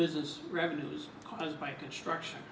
business revenues because by construction